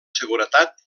seguretat